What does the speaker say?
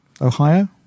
Ohio